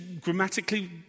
grammatically